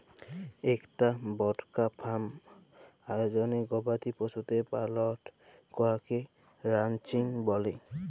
ইকটা বড়কা ফার্ম আয়জলে গবাদি পশুদের পালল ক্যরাকে রানচিং ব্যলে